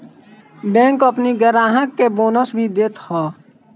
bank अपनी ग्राहक के बोनस भी देत हअ